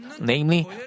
namely